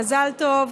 מזל טוב,